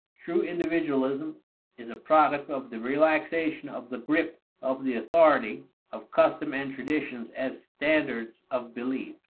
true individualism is a product of the relaxation of the grip of the authority of custom and traditions as standards of belief.